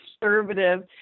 conservative